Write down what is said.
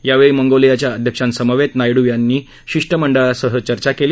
यावेळी मंगोलियाच्या अध्यक्षांसमवेत नायडू यांनी शिष्टमंडळांशीही चर्चा केली